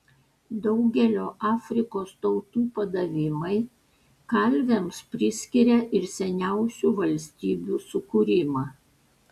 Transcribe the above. daugelio afrikos tautų padavimai kalviams priskiria ir seniausių valstybių sukūrimą